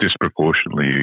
disproportionately